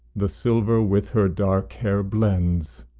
the silver with her dark hair blends,